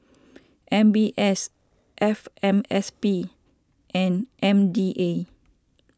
M B S F M S P and M D A